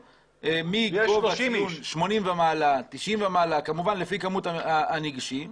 מ-80 ומעלה, מ-90 ומעלה, לפי כמות הניגשים.